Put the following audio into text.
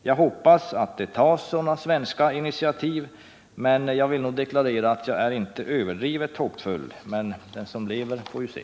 Jag hoppas att det tas sådana svenska initiativ, samtidigt som jag nog vill deklarera att jag inte är överdrivet hoppfull. Men den som lever får se.